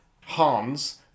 Hans